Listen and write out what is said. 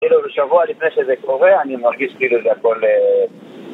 כאילו בשבוע לפני שזה קורה אני מרגיש כאילו זה הכל אההה